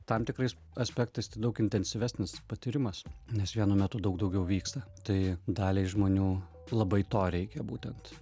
tam tikrais aspektais tai daug intensyvesnis patyrimas nes vienu metu daug daugiau vyksta tai daliai žmonių labai to reikia būtent